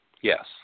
Yes